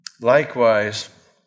Likewise